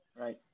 Right